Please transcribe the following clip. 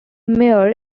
mayor